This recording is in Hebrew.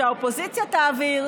שהאופוזיציה תעביר,